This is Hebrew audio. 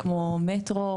כמו מטרו,